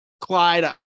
Clyde